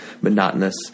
monotonous